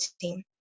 team